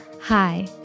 Hi